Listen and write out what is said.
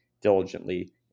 diligently